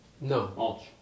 no